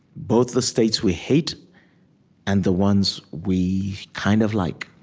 both the states we hate and the ones we kind of like.